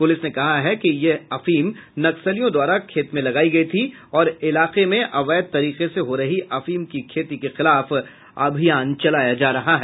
police ने कहा है कि यह अफीम नक्सलियों द्वारा खेत में लगायी गयी थी और इलाकों में अवैध तरीके से हो रही अफीम की खेती के खिलाफ अभियान चलाया जा रहा है